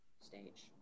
stage